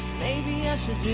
baby i